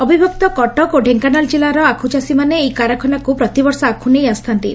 ଅଭିବକ୍ତ କଟକ ଓ ଢେଙ୍କାନାଳ ଜିଲ୍ଗାର ଆଖୁଚାଷୀମାନେ ଏହି କାରଖାନାକୁ ପ୍ରତିବର୍ଷ ଆଖୁ ନେଇ ଆସିଥାନ୍ତି